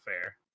fair